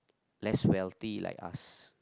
less wealthy like us